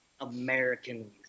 American